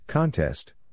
Contest